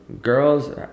girls